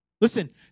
Listen